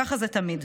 ככה זה תמיד: